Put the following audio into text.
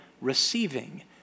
receiving